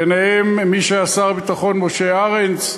בהם מי שהיה שר הביטחון משה ארנס,